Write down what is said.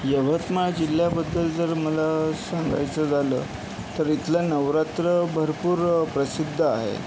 यवतमाळ जिल्ह्याबद्दल जर मला सांगायचं झालं तर इथलं नवरात्र भरपूर प्रसिद्ध आहे